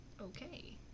Okay